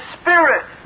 spirit